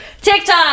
TikTok